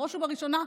בראש ובראשונה,